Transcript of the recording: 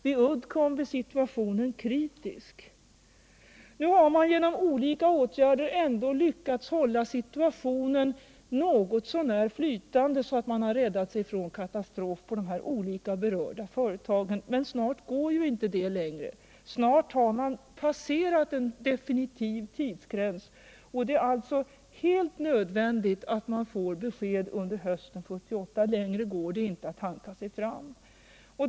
Vid Uddcomb är situationen kritisk. Nu har man genom olika åtgärder ändå lyckats hålla det hela något så när flytande så att man räddat sig från en katastrof i de här olika företagen. Men snart går inte det längre. Snart har man passerat en definitiv tidsgräns. Det är alltså helt nödvändigt att man får besked under hösten 1978. Längre går det inte att hanka sig fram.